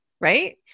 Right